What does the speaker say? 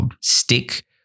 stick